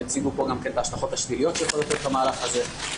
הציגו פה גם את ההשלכות השליליות שיכולות להיות למהלך הזה.